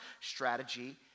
strategy